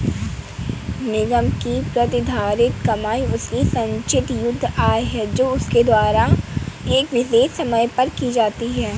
निगम की प्रतिधारित कमाई उसकी संचित शुद्ध आय है जो उसके द्वारा एक विशेष समय पर की जाती है